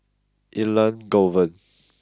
Elangovan